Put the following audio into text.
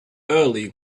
early